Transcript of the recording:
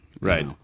right